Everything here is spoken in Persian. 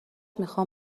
میخام